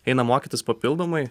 eina mokytis papildomai